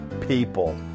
people